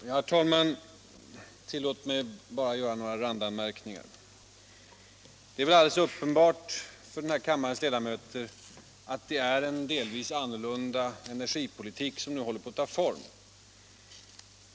Herr talman! Tillåt mig bara att göra några randanmärkningar. Det måste vara uppenbart för den här kammarens ledamöter att det är en delvis annorlunda energipolitik som nu håller på att ta form.